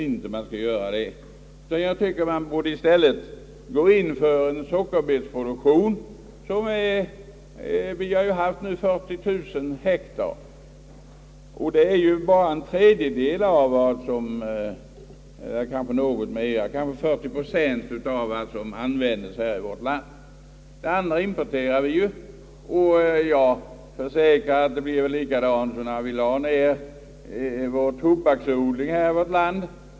Vi bör i stället gå in för en egen sockerbetsproduktion. Vi odlar nu sockerbe tor på 40 000 hektar. Skörden täcker bara 60 procent av vad som förbrukas i vårt land. Resten importerar vi. Jag försäkrar att det kan bli likadant som när vi lade ned tobaksodlingen i vårt land.